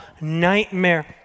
nightmare